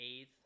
eighth